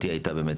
ויעזרו.